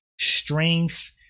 strength